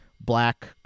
black